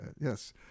Yes